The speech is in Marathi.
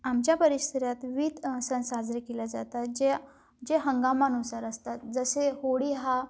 आमच्या परिसरात विविध सण साजरे केल्या जातात जे जे हंगामानुसार असतात जसे होळी हा